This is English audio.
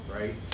right